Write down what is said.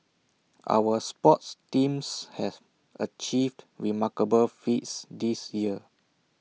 our sports teams have achieved remarkable feats this year